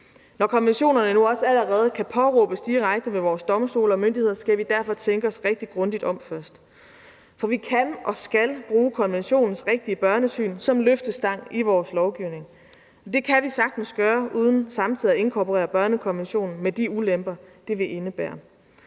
Når konventionerne nu også allerede kan påberåbes direkte ved vores domstole og myndigheder, skal vi derfor tænke os rigtig grundigt om først. For vi kan og skal bruge konventionens rigtige børnesyn som løftestang i vores lovgivning. Det kan vi sagtens gøre uden samtidig at inkorporere børnekonventionen med de ulemper, det vil indebære.